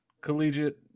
collegiate